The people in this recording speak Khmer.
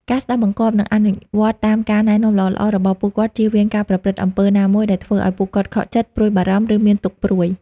ការស្ដាប់ដំបូន្មាន និងអនុវត្តតាមការណែនាំល្អៗរបស់ពួកគាត់ ជៀសវាងការប្រព្រឹត្តអំពើណាមួយដែលធ្វើឲ្យពួកគាត់ខកចិត្ត ព្រួយបារម្ភ ឬមានទុក្ខព្រួយ។